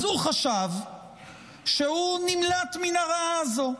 אז הוא חשב שהוא נמלט מן הרעה הזו.